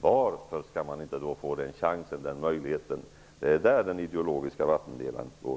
varför skall denne inte få den chansen och den möjligheten? Det är där den ideologiska vattendelaren går.